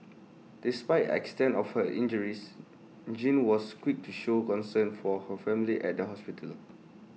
despite the extent of her injures Jean was quick to show concern for her family at the hospital